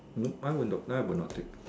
no I would not I would not take